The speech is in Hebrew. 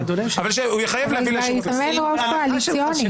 אבל שהוא יחייב להביא לאישור הכנסת.